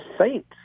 saint